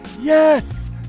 yes